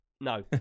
No